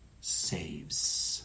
saves